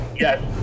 Yes